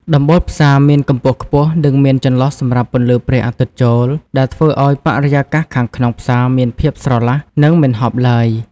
ដំបូលផ្សារមានកម្ពស់ខ្ពស់ និងមានចន្លោះសម្រាប់ពន្លឺព្រះអាទិត្យចូល ដែលធ្វើឱ្យបរិយាកាសខាងក្នុងផ្សារមានភាពស្រឡះ និងមិនហប់ឡើយ។